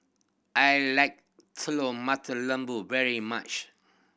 I like Telur Mata Lembu very much